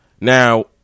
Now